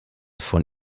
von